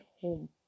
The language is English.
home